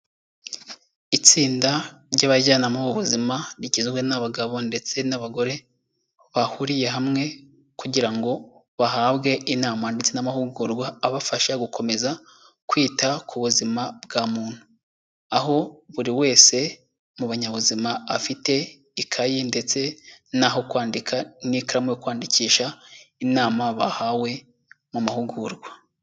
Itsinda ry'abajyanama b'ubuzima, rigizwe n'abagabo ndetse n'abagore, bahuriye hamwe kugira ngo bahabwe inama ndetse n'amahugurwa, abafasha gukomeza kwita ku buzima bwa muntu. Aho buri wese mu banyabuzima afite ikayi ndetse n'aho kwandika n'ikaramu yo kwandikisha, inama bahawe mu mahugurwa.